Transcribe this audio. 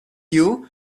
you